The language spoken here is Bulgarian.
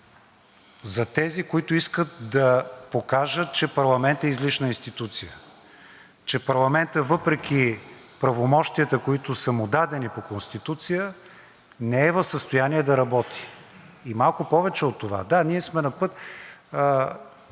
за тези, които искат да покажат, че парламентът е излишна институция, че парламентът въпреки правомощията, които са му дадени по Конституция, не е в състояние да работи. И малко повече от това. Сигурно